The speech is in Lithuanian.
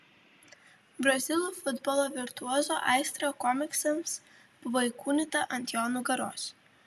brazilų futbolo virtuozo aistra komiksams buvo įkūnyta ant jo nugaros